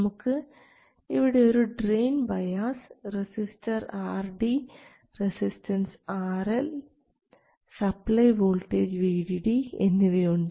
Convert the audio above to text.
നമുക്ക് ഇവിടെ ഒരു drain bias resistor RD resistance RL supply voltage VDD എന്നിവയുണ്ട്